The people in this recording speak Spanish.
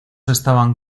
estaban